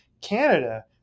Canada